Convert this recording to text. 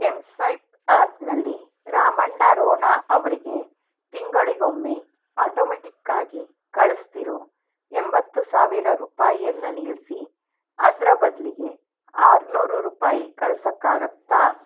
M swipe ಆ್ಯಪ್ನಲ್ಲಿ ರಾಮಣ್ಣ ರೋಣ ಅವರಿಗೆ ತಿಂಗಳಿಗೊಮ್ಮೆ ಆಟೋಮೆಟ್ಟಿಕ್ಕಾಗಿ ಕಳಿಸ್ತಿರೊ ಎಂಬತ್ತು ಸಾವಿರ ರೂಪಾಯಿಯನ್ನು ನಿಲ್ಲಿಸಿ ಅದರ ಬದಲಿಗೆ ಆರುನೂರು ರೂಪಾಯಿ ಕಳ್ಸೊಕ್ಕಾಗತ್ತಾ